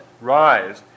rise